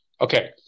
Okay